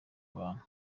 abantu